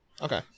Okay